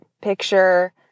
picture